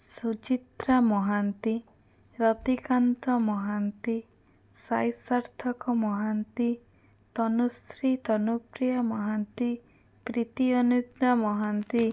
Suchitra Mohanty Ratikanta Mohanty Sai Sarthak Mohanty Tanushree Tanupriya Mohanty Preeti Anukta Mohanty